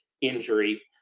injury